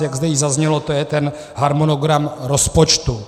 Jak zde již zaznělo, je to ten harmonogram rozpočtu.